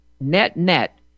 net-net